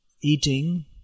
eating